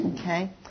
Okay